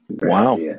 Wow